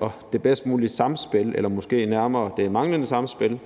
og det bedst mulige samspil – eller måske nærmere det manglende samspil